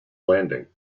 landing